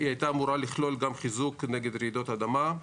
היא הייתה אמורה לכלול גם חיזוק נגד רעידות אדמה.